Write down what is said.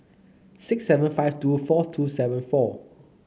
six seven five two four two seven four